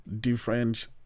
different